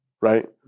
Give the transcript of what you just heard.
right